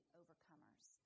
overcomers